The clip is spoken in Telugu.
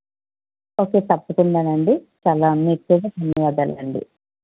ఓకే తప్పకుండా అండి చాలా అన్నిట్లోనూ ధన్యవాదాలు అండి